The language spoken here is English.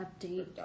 update